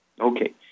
Okay